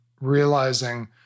realizing